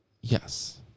yes